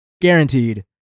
guaranteed